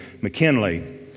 McKinley